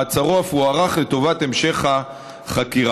מעצרו אף הוארך לטובת המשך החקירה.